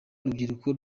urubyiruko